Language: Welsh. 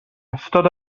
ystod